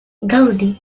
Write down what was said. gaudí